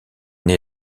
née